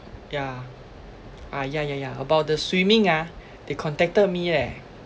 yeah ah yeah yeah yeah about the swimming ah they contacted me leh